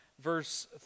verse